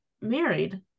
married